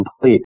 complete